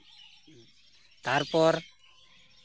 ᱛᱟᱨᱯᱚᱨ